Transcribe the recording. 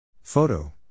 Photo